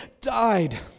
died